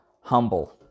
humble